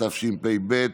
התשפ"ב 2022,